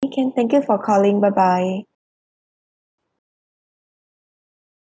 okay can thank you for calling bye bye